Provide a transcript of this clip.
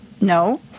No